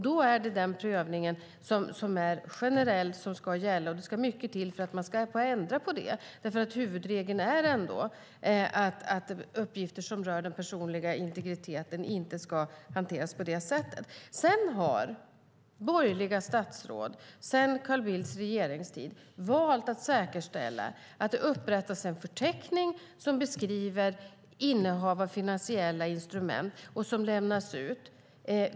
Då är det den generella prövningen som ska gälla. Det ska mycket till för att ändra på den. Huvudregeln är ändå att uppgifter som rör den personliga integriteten inte ska hanteras på det sättet. Borgerliga statsråd har sedan Carl Bildts regeringstid valt att säkerställa att det upprättas en förteckning som beskriver innehav av finansiella instrument, och den förteckningen kan lämnas ut.